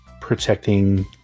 protecting